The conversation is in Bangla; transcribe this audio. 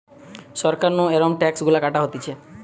সরকার নু এরম ট্যাক্স গুলা কাটা হতিছে